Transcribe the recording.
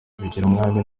bigirumwami